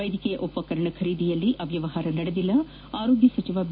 ವೈದ್ಯಕೀಯ ಉಪಕರಣ ಖರೀದಿಯಲ್ಲಿ ಅವ್ಯವಹಾರ ನಡೆದಿಲ್ಲ ಆರೋಗ್ಯ ಸಚಿವ ಬಿ